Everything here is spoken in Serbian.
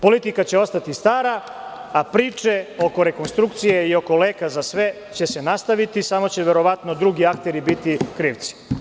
Politika će ostati stara, a priče oko rekonstrukcije i oko leka za sve će se nastaviti, samo će verovatno drugi akteri biti krivci.